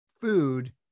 food